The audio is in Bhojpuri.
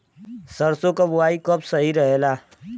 सरसों क बुवाई कब सही रहेला?